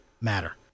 matter